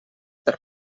per